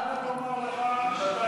חברי חבר הכנסת וקנין,